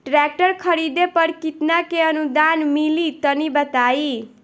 Tractor खरीदे पर कितना के अनुदान मिली तनि बताई?